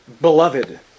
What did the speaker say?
Beloved